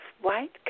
white